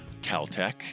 Caltech